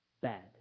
bad